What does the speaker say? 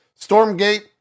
stormgate